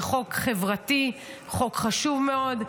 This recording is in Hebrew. זה חוק חברתי, חוק חשוב מאוד.